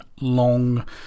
long